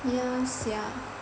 ya sia